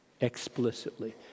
explicitly